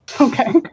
Okay